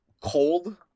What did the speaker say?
cold